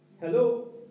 Hello